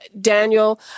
daniel